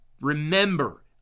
remember